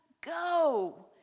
go